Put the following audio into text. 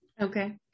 Okay